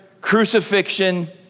crucifixion